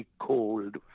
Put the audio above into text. cold